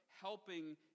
helping